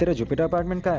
and jupiter apartments